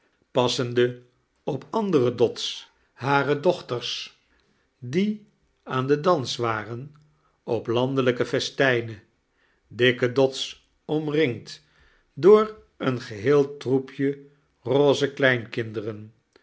passende op andere dots hare dochters die aan den dans waren op landelijke festijnen dikke dots omringd door een geheel troepj rose kleinkinderen